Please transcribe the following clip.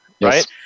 right